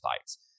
fights